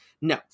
no